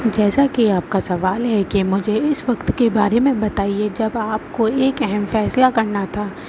جیسا کہ آپ کا سوال ہے کہ مجھے اس وقت کے بارے میں بتائیے جب آپ کوئی ایک اہم فیصلہ کرنا تھا